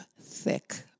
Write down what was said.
thick